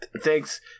Thanks